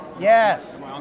Yes